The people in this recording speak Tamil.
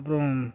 அப்புறம்